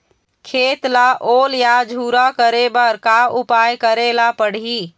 खेत ला ओल या झुरा करे बर का उपाय करेला पड़ही?